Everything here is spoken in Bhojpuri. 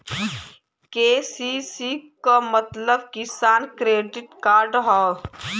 के.सी.सी क मतलब किसान क्रेडिट कार्ड हौ